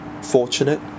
fortunate